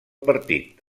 partit